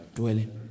dwelling